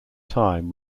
time